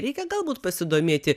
reikia galbūt pasidomėti